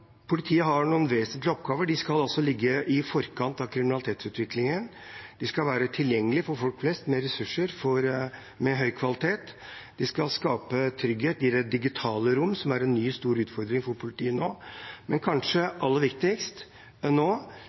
politiet har noen vesentlige oppgaver. De skal ligge i forkant av kriminalitetsutviklingen, de skal være tilgjengelige for folk flest – med ressurser, med høy kvalitet – og de skal skape trygghet i det digitale rom, som er en ny stor utfordring for politiet. Men det kanskje aller viktigste nå